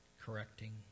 correcting